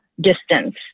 distance